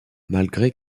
malgré